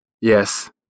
yes